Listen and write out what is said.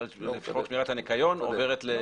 על חוק שמירת הניקיון עוברת למילגם?